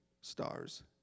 stars